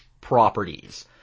properties